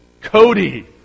Cody